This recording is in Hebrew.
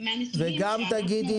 וגם תגידי